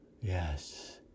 yes